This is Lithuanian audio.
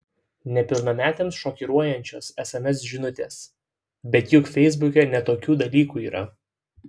nepilnametėms šokiruojančios sms žinutės bet juk feisbuke ne tokių dalykų yra